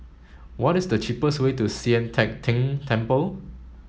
what is the cheapest way to Sian Teck Tng Temple